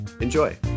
Enjoy